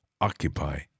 occupy